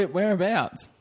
Whereabouts